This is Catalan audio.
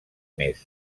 mes